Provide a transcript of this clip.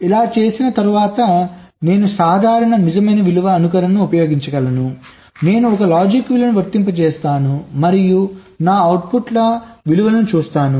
ఇలా చేసిన తరువాత నేను సాధారణ నిజమైన విలువ అనుకరణను ఉపయోగించగలను నేను ఒక లాజిక్ విలువను వర్తింపజేస్తాను మరియు నా అవుట్పుట్ల విలువలు చూస్తాను